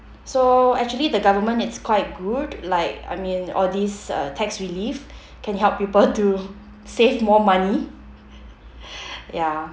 so actually the government it's quite good like I mean all these uh tax relief can help people to save more money ya